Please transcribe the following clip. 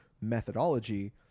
methodology